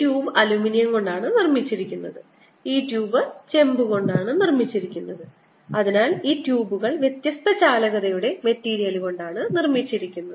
ഈ tube aluminium കൊണ്ടാണ് നിർമ്മിച്ചിരിക്കുന്നത് ഈ ട്യൂബ് ചെമ്പ് കൊണ്ടാണ് നിർമ്മിച്ചിരിക്കുന്നത് അതിനാൽ ഈ ട്യൂബുകൾ വ്യത്യസ്ത ചാലകതയുടെ മെറ്റീരിയൽ കൊണ്ടാണ് നിർമ്മിച്ചിരിക്കുന്നത്